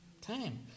Time